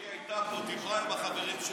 מלכיאלי, תפדל.